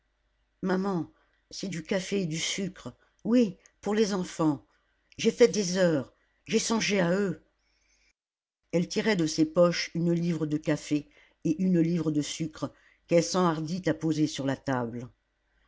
maman c'est du café et du sucre oui pour les enfants j'ai fait des heures j'ai songé à eux elle tirait de ses poches une livre de café et une livre de sucre qu'elle s'enhardit à poser sur la table